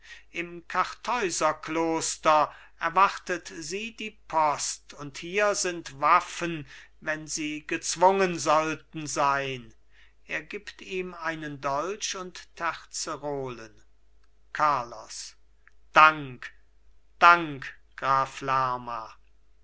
im kartäuserkloster erwartet sie die post und hier sind waffen wenn sie gezwungen sollten sein er gibt ihm einen dolch und terzerolen carlos dank dank graf lerma